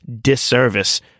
disservice